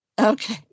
Okay